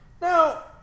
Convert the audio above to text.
Now